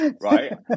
right